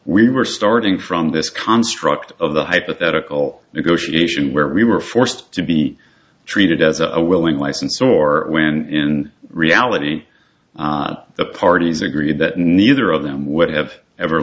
we were starting from this construct of the hypothetical negotiation where we were forced to be treated as a willing license or when reality the parties agreed that neither of them would have ever